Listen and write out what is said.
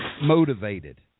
motivated